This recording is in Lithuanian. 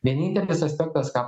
vienintelis aspektas ką